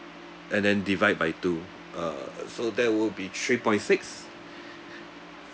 and then divide by two uh so that will be three point six